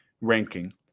ranking